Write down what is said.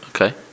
Okay